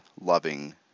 loving